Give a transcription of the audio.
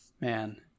Man